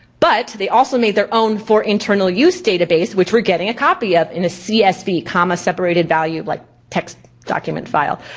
but they also made their own for internal use database, which we're getting a copy of in a csv, comma separated value, like text document file.